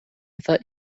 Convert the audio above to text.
thought